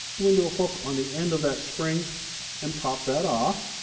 go into a hook on the end of that spring and pop that off.